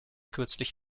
kürzlich